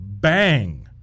bang